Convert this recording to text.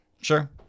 Sure